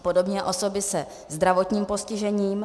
Podobně osoby se zdravotním postižením.